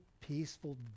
peaceful